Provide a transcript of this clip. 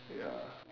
ya